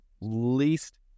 least